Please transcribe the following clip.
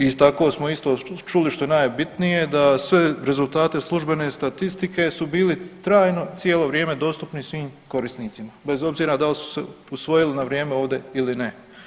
I tako smo isto čuli što je najbitnije, da sve rezultate službene statistike su bili trajno cijelo vrijeme dostupni svim korisnicima bez obzira da li su se usvojili na vrijeme ovdje ili ne.